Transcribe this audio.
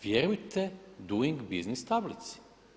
Vjerujte doing business tablici.